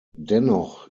dennoch